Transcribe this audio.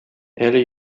әле